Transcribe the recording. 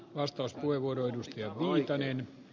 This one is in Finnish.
vastaus moi vuodon ja hoitelee ne